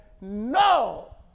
No